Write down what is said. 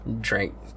Drink